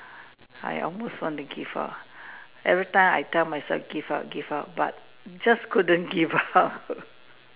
I almost want to give up every time I tell myself give up give up but just couldn't give up